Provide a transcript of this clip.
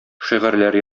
шигырьләр